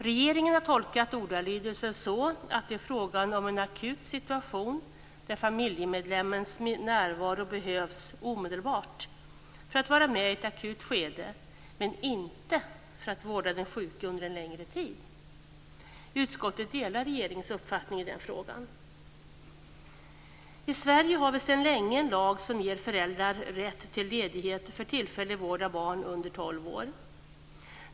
Regeringen har tolkat ordalydelsen så, att det är fråga om en akut situation där familjemedlemmens närvaro behövs omedelbart i ett akut skede men inte för att vårda den sjuke under en längre tid. Utskottet delar regeringens uppfattning i den frågan. I Sverige har vi sedan länge en lag som ger föräldrar rätt till ledighet för tillfällig vård av barn under 12 års ålder.